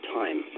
time